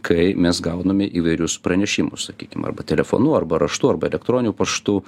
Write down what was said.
kai mes gauname įvairius pranešimus sakykim arba telefonu arba raštu arba elektroniniu paštu